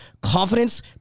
confidence